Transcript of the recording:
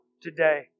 today